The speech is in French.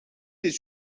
des